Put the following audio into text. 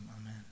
amen